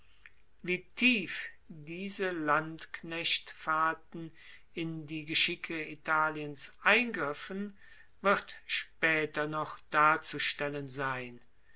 wie tief diese landknechtfahrten in die geschicke italiens eingriffen wird spaeter noch darzustellen sein